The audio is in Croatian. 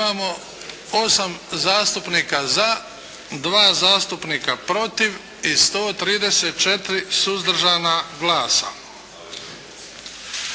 Imamo 8 zastupnika za, 2 zastupnika protiv i 134 suzdržana glasa.